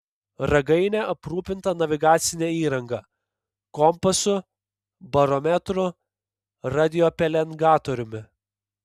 ragainė aprūpinta navigacine įranga kompasu barometru radiopelengatoriumi